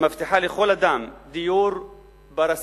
מבטיחה לכל אדם דיור בר-השגה.